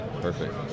perfect